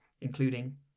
including